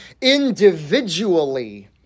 individually